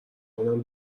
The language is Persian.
اونم